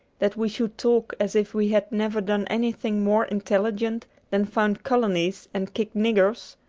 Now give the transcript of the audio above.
that we should talk as if we had never done anything more intelligent than found colonies and kick niggers?